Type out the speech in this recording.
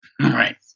Right